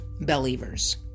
believers